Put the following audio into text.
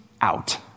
out